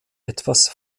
etwas